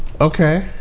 Okay